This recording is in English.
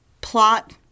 plot